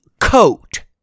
coat